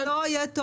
בתור ארוך.